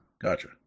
Gotcha